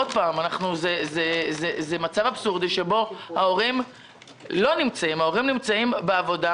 זה מצב אבסורדי שבו ההורים לא נמצאים כי הם בעבודה.